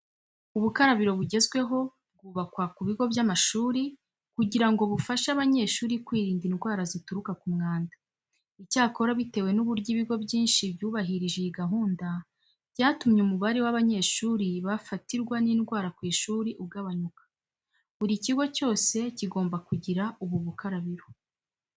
Ubukarabiro bugezweho bwubakwa ku bigo by'amashuri kugira ngo bufashe abanyeshuri kwirinda indwara zituruka ku mwanda. Icyakora bitewe n'uburyo ibigo byinshi byubahirije iyi gahunda, byatumye umubare w'abanyeshuri bafatirwa n'indwara ku ishuri ugabanyuka. Buri kigo cyose kigomba kugira ubu bukarabiro.